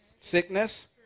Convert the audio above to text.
sickness